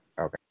okay